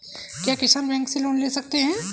क्या किसान बैंक से लोन ले सकते हैं?